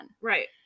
right